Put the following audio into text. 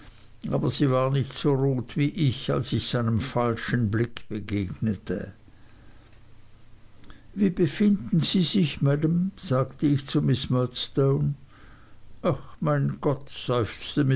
aber sie war nicht so rot wie ich als ich seinem falschen blick begegnete wie befinden sie sich maam sagte ich zu miß murdstone ach mein gott